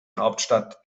hauptstadt